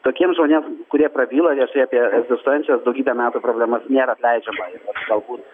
tokiem žmonėm kurie prabyla viešai apie egzistuojančias daugybę metų problemas nėra atleidžiama ir galbūt